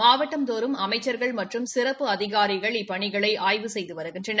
மாவட்டந்தோறும் அமைச்சர்கள் மற்றும் சிறப்பு அதிகாரிகள் இப்பணிகளை அய்வு செய்து வருகின்றனர்